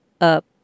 up